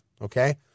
Okay